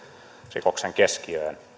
rikoksen keskiöön